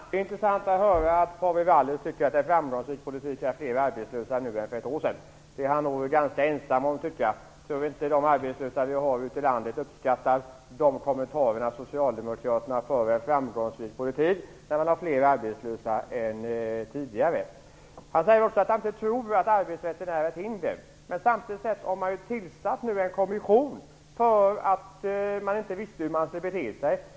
Herr talman! Det är intressant att höra att Paavo Vallius tycker att det är framgångsrik politik att det är flera arbetslösa nu än för ett år sedan. Det är han nog ganska ensam om att tycka. Jag tror inte att de arbetslösa vi har ute i landet uppskattar kommentarer om att socialdemokraterna för en framgångsrik politik när Sverige har fler arbetslösa än tidigare. Paavo Vallius säger också att han inte tror att arbetsrätten är ett hinder. Men samtidigt har man ju tillsatt en kommission nu för att man inte visste hur man skulle bete sig.